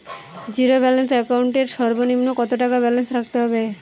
Zero balance account এর সর্বনিম্ন কত টাকা ব্যালেন্স রাখতে হবে?